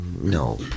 no